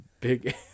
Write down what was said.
big